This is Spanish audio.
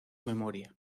memoria